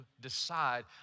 decide